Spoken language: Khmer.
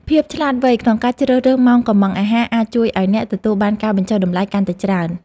ភាពឆ្លាតវៃក្នុងការជ្រើសរើសម៉ោងកុម្ម៉ង់អាហារអាចជួយឱ្យអ្នកទទួលបានការបញ្ចុះតម្លៃកាន់តែច្រើន។